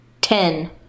Ten